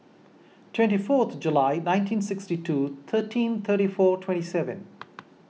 twenty fourth July nineteen sixty two thirteen thirty four twenty seven